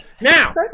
Now